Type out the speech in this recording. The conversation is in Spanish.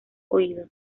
oído